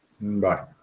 Bye